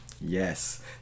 Yes